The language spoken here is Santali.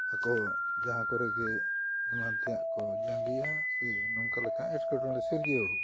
ᱟᱠᱚ ᱡᱟᱦᱟᱸᱠᱚᱨᱮᱜᱮ ᱮᱢᱟᱱ ᱛᱮᱭᱟᱜ ᱠᱚ ᱡᱟᱸᱜᱮᱭᱟ ᱥᱮ ᱱᱚᱝᱠᱟᱞᱮᱠᱟ ᱮᱴᱠᱮᱴᱚᱬᱮ ᱥᱤᱨᱡᱟᱹᱣ